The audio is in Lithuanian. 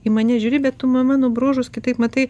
į mane žiūri bet tu mano bruožus kitaip matai